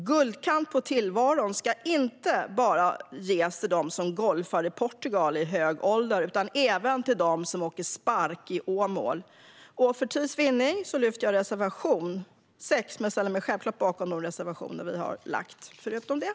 Guldkant på tillvaron ska inte bara ges till dem som golfar i Portugal i hög ålder utan även till dem som åker spark i Åmål. För tids vinnande yrkar jag bifall endast till reservation 6 men ställer mig självklart bakom våra övriga reservationer.